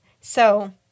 So-